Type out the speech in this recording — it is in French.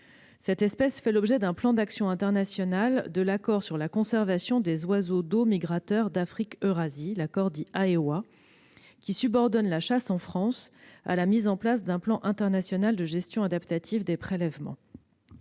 cendré fait l'objet d'un plan d'action international de l'accord sur la conservation des oiseaux d'eau migrateurs d'Afrique-Eurasie (AEWA) qui subordonne la chasse, en France, à la mise en place d'un plan international de gestion adaptative des prélèvements.